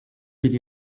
bir